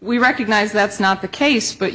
we recognize that's not the case but